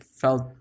felt